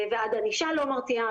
ועד ענישה לא מתריעה.